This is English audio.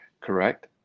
correct